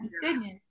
goodness